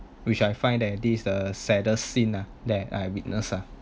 which I find that this is a saddest scene ah that I witness ah